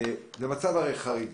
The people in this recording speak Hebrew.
זה הרי מצב חריג,